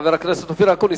חבר הכנסת אופיר אקוניס.